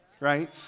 right